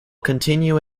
continue